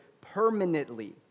permanently